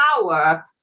power